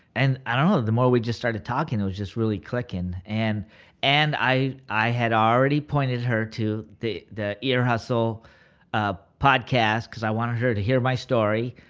and i don't know, the more we started talking it was just really clicking. and and i i had already pointed her to the the ear hustle ah podcast cause i wanted her to hear my story,